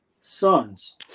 sons